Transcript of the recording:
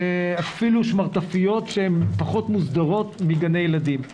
אפילו שמרטפיות שהן פחות מוסדרות מגני ילדים,